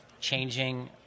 changing